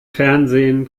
fernsehen